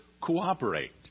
cooperate